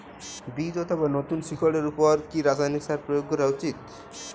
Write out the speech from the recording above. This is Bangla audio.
বীজ অথবা নতুন শিকড় এর উপর কি রাসায়ানিক সার প্রয়োগ করা উচিৎ?